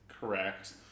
correct